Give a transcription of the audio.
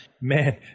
man